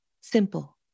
Simple